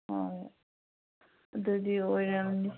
ꯍꯣꯏ ꯑꯗꯨꯒꯤ ꯑꯣꯏꯔꯝꯅꯤ